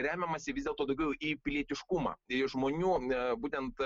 remiamasi vis dėlto daugiau į pilietiškumą į žmonių būtent